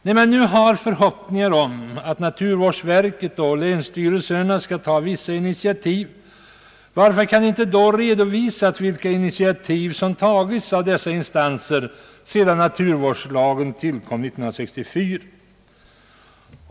När det nu finns förhoppningar om att naturvårdsverket och länsstyrelserna skall ta vissa initiativ, kan man fråga sig varför dessa myndigheter då inte kan redovisa vilka initiativ som har tagits efter naturvårdslagens tillkomst 1964.